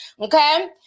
okay